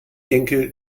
denke